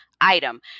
item